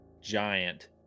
giant